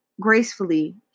gracefully